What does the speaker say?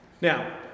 Now